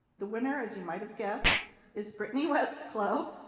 the winner as you might have guessed is brittany wetklow,